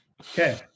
Okay